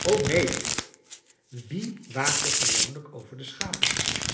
o neen wie waakt er gewoonlijk over de schapen